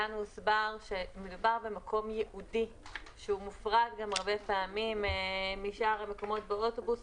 שמדובר במקום ייעודי שמופרד הרבה פעמים משאר המקומות באוטובוס,